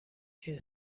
این